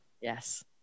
Yes